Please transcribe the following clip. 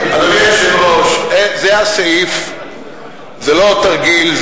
זה לא עוד תרגיל,